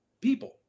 people